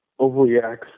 overreacts